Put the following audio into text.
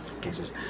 cases